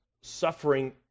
suffering